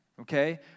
okay